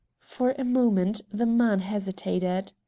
for a moment the man hesitated.